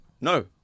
no